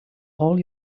all